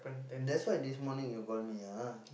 that's why this morning you call me ah